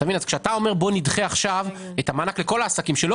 כשאתה אומר: בואו נדחה עכשיו את המענק לכל העסקים שלא